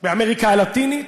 באמריקה הלטינית,